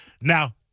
Now